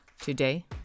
today